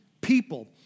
people